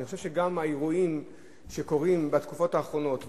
אני חושב שגם האירועים שקורים בתקופה האחרונה,